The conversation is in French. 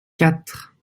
quatre